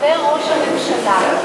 וראש הממשלה,